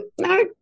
no